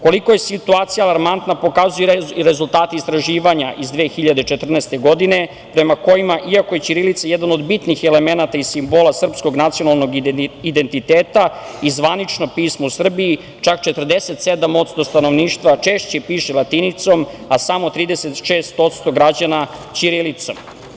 Koliko je situacija alarmantna pokazuju i rezultati istraživanja iz 2014. godine prema kojima, iako je ćirilica jedan od bitnih elemenata i simbola srpskog nacionalnog identiteta i zvanično pismo u Srbiji, čak 47% stanovništva češće piše latinicom, a samo 36% građana ćirilicom.